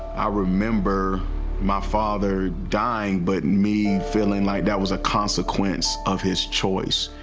i remember my father dying but and me feeling like that was a consequence of his choice.